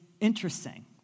interesting